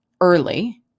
early